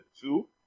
two